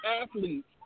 athletes